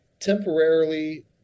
temporarily